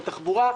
ותחבורה.